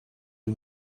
you